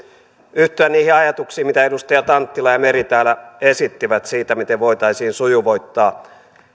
yhtyä niihin ajatuksiin mitä edustajat anttila ja meri täällä esittivät siitä miten voitaisiin sujuvoittaa